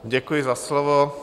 Děkuji za slovo.